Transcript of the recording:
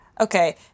Okay